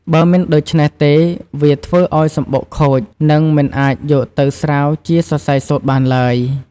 បើមិនដូច្នេះទេវាធ្វើឱ្យសំបុកខូច នឹងមិនអាចយកទៅស្រាវជាសរសៃសូត្របានឡើយ។